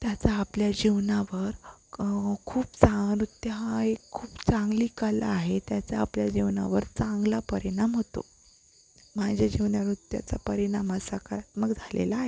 त्याचा आपल्या जीवनावर खूप चा नृत्य हा एक खूप चांगली कला आहे त्याचा आपल्या जीवनावर चांगला परिणाम होतो माझ्या जीवनावर नृत्याचा परिणाम हा सकारात्मक झालेला आहे